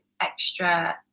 extra